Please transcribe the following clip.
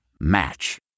Match